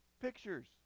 pictures